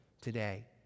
today